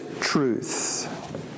truth